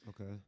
Okay